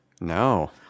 No